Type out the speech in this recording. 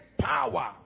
power